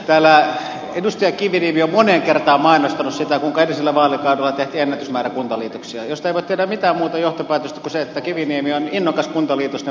täällä edustaja kiviniemi on moneen kertaan mainostanut sitä kuinka edellisellä vaalikaudella tehtiin ennätysmäärä kuntaliitoksia mistä ei voi tehdä mitään muuta johtopäätöstä kuin sen että kiviniemi on innokas kuntaliitosten puolustaja